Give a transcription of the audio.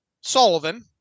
Sullivan